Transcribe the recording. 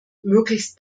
möglichst